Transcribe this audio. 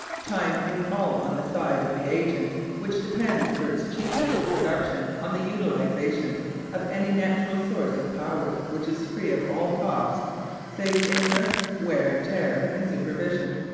time is all on the side of the agent which depends for its cheapness of production on the utilisation of any natural source of power which is free of all cost save interest, wear and tear, and supervision.